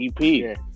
EP